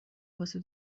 واسه